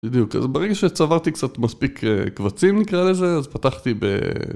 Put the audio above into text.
בדיוק, אז ברגע שצברתי קצת מספיק קבצים נקרא לזה, אז פתחתי ב...